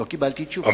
לא קיבלתי תשובה.